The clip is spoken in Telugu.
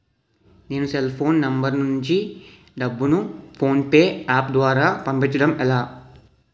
నేను సెల్ ఫోన్ నంబర్ నుంచి డబ్బును ను ఫోన్పే అప్ ద్వారా పంపించడం ఎలా?